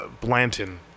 Blanton